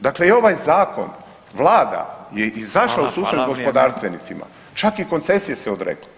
Dakle, i ovaj zakon, vlada je izašla u susret gospodarstvenicima, čak i koncesije se odrekla.